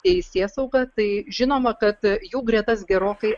teisėsauga tai žinoma kad jų gretas gerokai